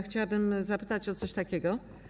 Chciałabym zapytać o coś takiego.